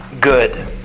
good